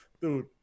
Dude